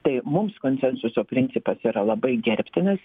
tai mums konsensuso principas yra labai gerbtinas